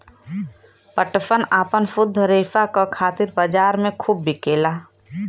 पटसन आपन शुद्ध रेसा क खातिर बजार में खूब बिकेला